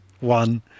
one